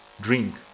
drink